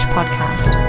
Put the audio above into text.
Podcast